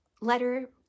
letter